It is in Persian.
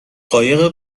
قایق